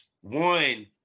one